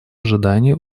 ожидания